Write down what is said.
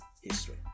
history